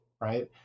right